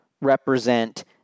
represent